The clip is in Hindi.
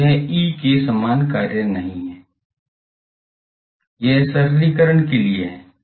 तो यह E के समान कार्य नहीं है यह सरलीकरण के लिए है